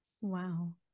Wow